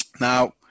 Now